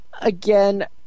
again